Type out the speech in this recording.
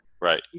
Right